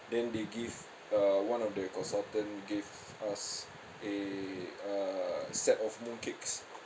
then they give uh one of the consultant gave us a uh set of mooncakes